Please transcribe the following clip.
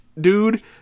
dude